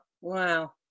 Wow